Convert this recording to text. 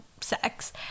sex